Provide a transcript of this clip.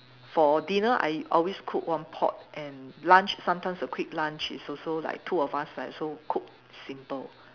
for dinner I always cook one pot and lunch sometimes a quick lunch is also like two of us I also cook simple